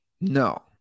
No